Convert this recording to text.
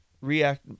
react